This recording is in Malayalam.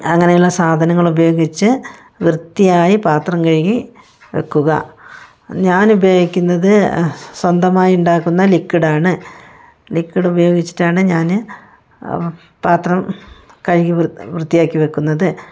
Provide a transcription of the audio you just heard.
അങ്ങനെയുള്ള സാധനങ്ങളുപയോഗിച്ച് വൃത്തിയായി പാത്രം കഴുകി വെക്കുക ഞാനുപയോഗിക്കുന്നത് സ്വന്തമായി ഉണ്ടാക്കുന്ന ലിക്വിഡാണ് ലിക്വിഡ് ഉപയോഗിച്ചിട്ടാണ് ഞാന് പാത്രം കഴുകി വൃത്തിയാക്കി വെക്കുന്നത്